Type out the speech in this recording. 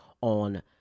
on